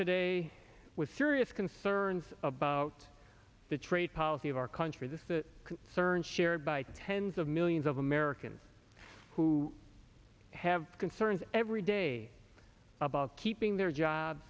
today with serious concerns about the trade policy of our country this is a concern shared by tens of millions of americans who have concerns every day about keeping their job